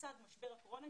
לצד משבר הקורונה,